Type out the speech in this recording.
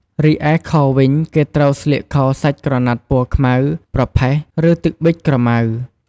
រីឯខោវិញ គេត្រូវស្លៀកខោសាច់ក្រណាត់ពណ៌ខ្មៅ ប្រផេះ ឬ ទឹកប៊ិចក្រមៅ។